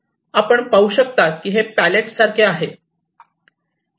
आपण पाहू शकता की हे पॅलेटसारखे आहे